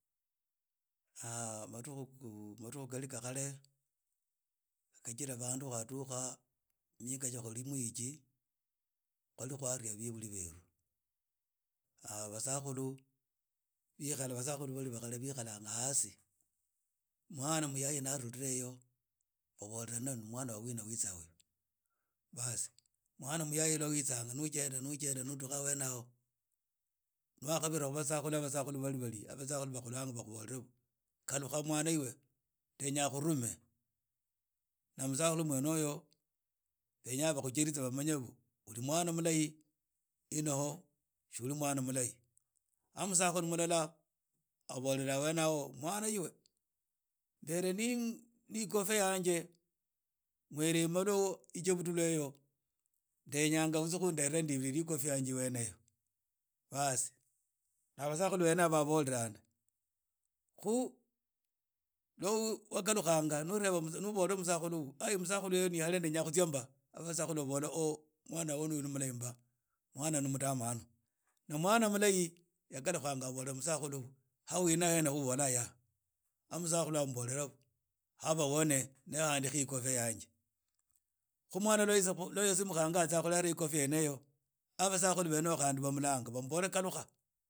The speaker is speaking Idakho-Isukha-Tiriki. Madukhu khali kha khali khajira khu dukkha mihekha eji khwali khwalia beburi beru. Basakhulu bari ba khale bekhalanga hasi mwana muyayi na rhula eyo babola ni mwana wa wina utsa uyo baas mwna muyayi una witsanga nu genda nu genda nu udukha ahene hao ni wakhabira hene aho basakhulu abo bakhukanga babhole khalukha mwana ewe ndenya khurume na musakhulu wene oyo benya bakhusheritsie bamanye uli mwana mulahi anoho tsi uli mwana mulahi aah musakhulu mulalaabola hene aho mwana iwe ndere ne ikofia yanje mwere malua icheptulu eyo ndenyanga utsie khu ndeterha ikofia yanje wene eyo baas aaah basakhulu bene aba babolana khu ni wakhalukhanga wabola musakhulu oyu aai musakhulu ndenya kutsia mbaa aah basakhulu babola oooh mwna uyu nu mulahi mbaa mwana naa mwana mulahi yaghalukhanga na abola musakulu ammbole ha ndekhi ekofia yanje khu mwana yatsebukhanga atsia khulerha ikofia eyo aah basakhulu bene khandi bamulanga bamuble khalukha.